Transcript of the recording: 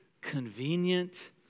convenient